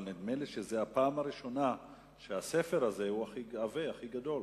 אבל נדמה לי שהפעם הספר הזה הוא הכי עבה והכי גדול,